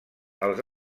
els